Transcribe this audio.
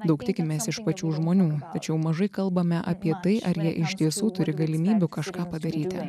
daug tikimės iš pačių žmonių tačiau mažai kalbame apie tai ar jie iš tiesų turi galimybių kažką padaryti